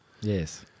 Yes